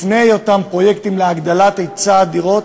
לפני אותם פרויקטים להגדלת היצע הדירות,